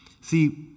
See